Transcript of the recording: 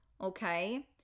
Okay